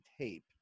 tape